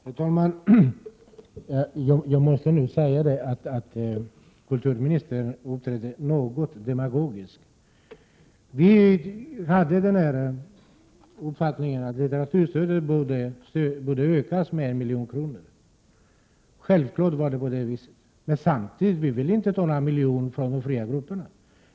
Herr talman! Jag måste nog säga att kulturministern uppträdde något demagogiskt. Vi var av uppfattningen att litteraturstödet borde ökas med 1 milj.kr. Självfallet förhöll det sig på det viset. Men vi ville samtidigt inte ta någon miljon från de fria grupperna.